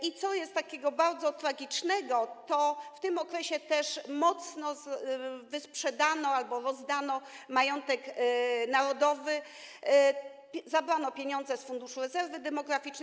I co jest takiego bardzo tragicznego: to w tym okresie też mocno wysprzedano albo rozdano majątek narodowy, zabrano pieniądze z Funduszu Rezerwy Demograficznej.